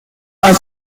are